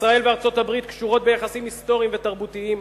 ישראל וארצות-הברית קשורות ביחסים היסטוריים ותרבותיים,